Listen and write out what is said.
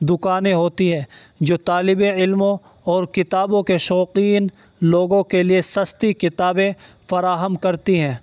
دکانیں ہوتی ہیں جو طالب علموں اور کتابوں کے شوقین لوگوں کے لیے سستی کتابیں فراہم کرتی ہیں